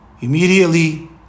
immediately